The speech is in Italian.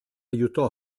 aiutò